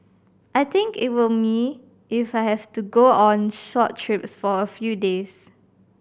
I think it will me if I have to go on short trips for a few days